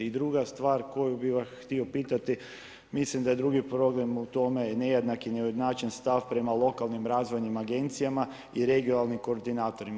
I druga stvar koju bih vas htio pitati, mislim da je drugi problem u tome nejednaki i neujednačen stav prema lokalnim razvojnim agencijama i regionalnim koordinatorima.